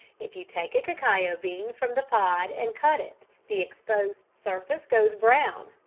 if you take a cacao bean from the pod and cut it, the exposed surface goes brown,